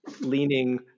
leaning